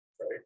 right